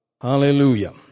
Hallelujah